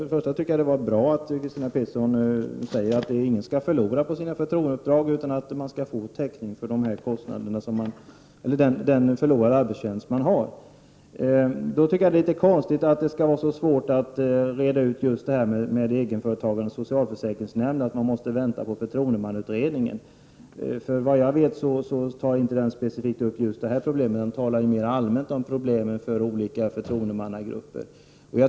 Det är bra att Christina Pettersson säger att ingen skall förlora på sina förtroendeuppdrag utan måste få täckning för förlorad arbetsförtjänst. Då är det konstigt att det skall vara så svårt att reda ut frågan om arvoden just till egenföretagare som är ledamöter i socialförsäkringsnämnder och att vi måste vänta på förtroendeuppdragsutredningen. Vad jag vet tar den inte upp detta problem specifikt, utan den talar mera allmänt om problemen för olika förtroendemannagrupper.